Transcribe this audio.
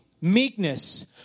meekness